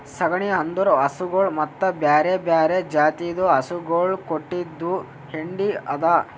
ಸಗಣಿ ಅಂದುರ್ ಹಸುಗೊಳ್ ಮತ್ತ ಬ್ಯಾರೆ ಬ್ಯಾರೆ ಜಾತಿದು ಹಸುಗೊಳ್ ಕೊಟ್ಟಿದ್ ಹೆಂಡಿ ಅದಾ